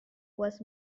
was